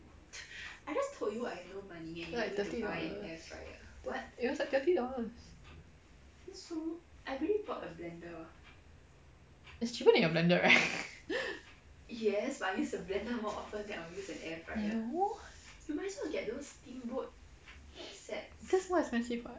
like thirty dollars it was like twenty dollars it's cheaper than your blender right no that's more expensive [what]